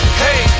hey